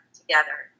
together